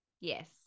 Yes